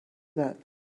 that